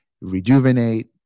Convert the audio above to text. rejuvenate